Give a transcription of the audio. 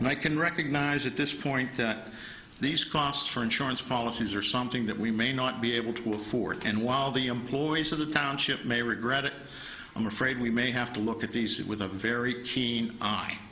and i can recognize at this point that these costs for insurance policies are something that we may not be able to afford and while the employees of the township may regret it i'm afraid we may have to look at these it with a very keen